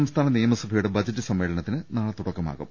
സംസ്ഥാന നിയമസഭയുടെ ബജറ്റ് സമ്മേളനത്തിന് നാളെ തുട ക്കമാകും